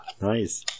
Nice